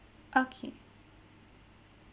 okay